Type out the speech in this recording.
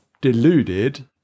deluded